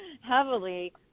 heavily